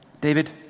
David